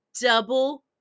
double